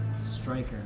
striker